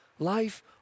Life